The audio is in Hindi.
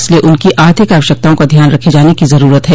इसलिए उनकी आर्थिक आवश्यकताओं का ध्यान रखे जाने की जरूरत है